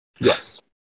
Yes